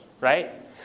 right